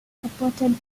supported